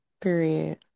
Period